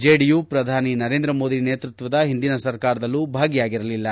JDU ಪ್ರಧಾನಿ ನರೇಂದ್ರ ಮೋದಿ ನೇತೃತ್ವದ ಹಿಂದಿನ ಸರ್ಕಾರದಲ್ಲೂ ಭಾಗಿಯಾಗಿರಲಿಲ್ಲ